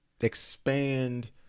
expand